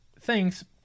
thanks